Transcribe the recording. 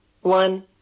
One